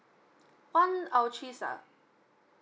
one ah